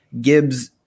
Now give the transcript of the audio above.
Gibbs